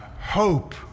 hope